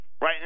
right